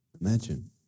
Imagine